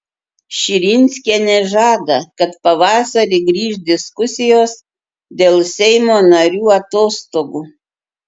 širinskienė žada kad pavasarį grįš diskusijos dėl seimo narių atostogų